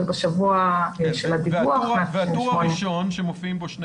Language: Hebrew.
ובשבוע של הדיווח --- והטור הראשון שמופיעים בו שני